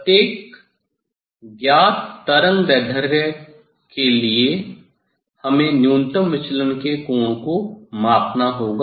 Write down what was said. प्रत्येक ज्ञात तरंगदैर्ध्य के लिए हमें न्यूनतम विचलन के कोण को मापना होगा